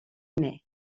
mai